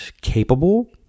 capable